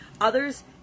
Others